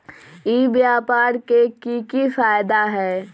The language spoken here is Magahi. ई व्यापार के की की फायदा है?